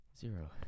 Zero